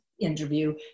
interview